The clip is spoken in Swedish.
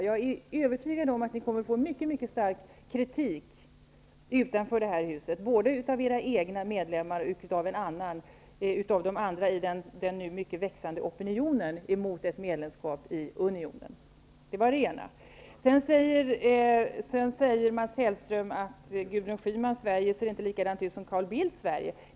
Jag är övertygad om att ni kommer att få mycket mycket stark kritik utanför det här huset, både av era egna medlemmar och av andra i den nu starkt växande opinionen emot ett medlemskap i Mats Hellström säger också att Gudrun Schymans Sverige inte ser likadant ut som Carl Bildts Sverige.